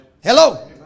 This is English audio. Hello